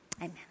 Amen